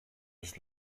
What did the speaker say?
des